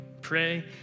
pray